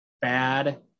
bad